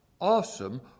awesome